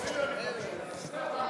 לא בסדר.